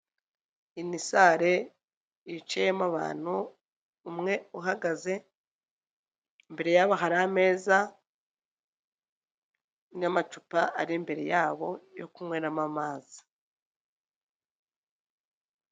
Imisare yicayemo abantu, umwe uhagaze. Imbere yabo hari ameza n'amacupa ari imbere yabo yo kunyweramo amazi.